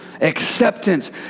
Acceptance